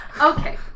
Okay